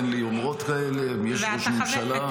ואין לי יומרות כאלה -- אתה חבר ממשלה,